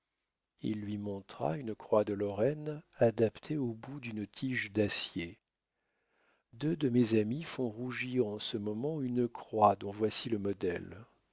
il lui montra une croix de lorraine adaptée au bout d'une tige d'acier deux de mes amis font rougir en ce moment une croix dont voici le modèle